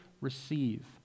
receive